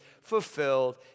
fulfilled